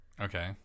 Okay